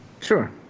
Sure